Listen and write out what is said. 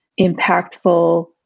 impactful